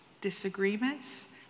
disagreements